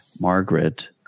Margaret